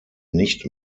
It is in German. nicht